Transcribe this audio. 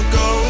go